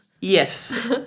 Yes